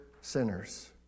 sinners